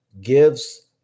gives